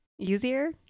easier